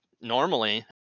normally